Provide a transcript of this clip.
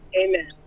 amen